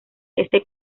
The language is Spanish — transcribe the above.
este